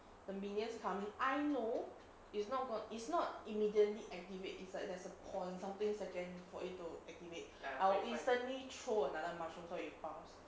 the minions coming I know it's not going it's not immediately activate it's like there's a point something seconds for it to activate I will instantly throw another mushroom so it'll bounce